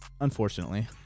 Unfortunately